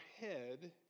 head